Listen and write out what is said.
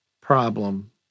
problem